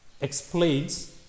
explains